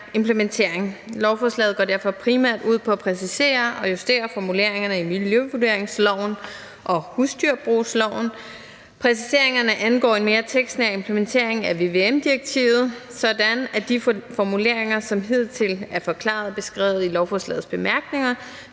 implementering. Lovforslaget går derfor primært ud på at præcisere og justere formuleringerne i miljøvurderingsloven og husdyrbrugloven. Præciseringerne angår en mere tekstnær implementering af vvm-direktivet, sådan at de formuleringer, som hidtil er forklaret og beskrevet i lovforslagets bemærkninger,